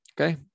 okay